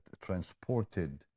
transported